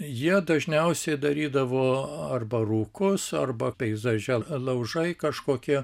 jie dažniausiai darydavo arba rūkus arba peizaže laužai kažkokie